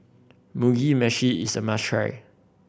Mugi Meshi is a must try